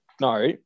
No